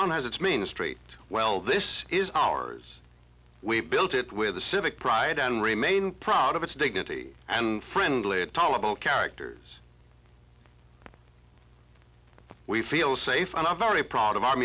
on as its main street well this is ours we built it with the civic pride and remain proud of its dignity and friendly and tolerable characters we feel safe and i'm very proud of our